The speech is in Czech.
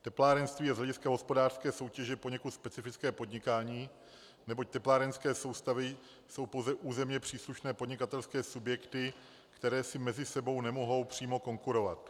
Teplárenství je z hlediska hospodářské soutěže poněkud specifické podnikání, neboť teplárenské soustavy jsou pouze územně příslušné podnikatelské subjekty, které si mezi sebou nemohou přímo konkurovat.